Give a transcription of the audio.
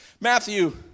Matthew